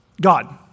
God